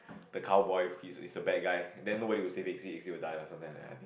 the cowboy he's a bad guy then nobody will say that he will die lah something like that